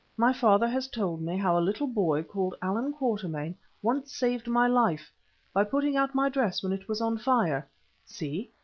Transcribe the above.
my father has told me how a little boy called allan quatermain once saved my life by putting out my dress when it was on fire see!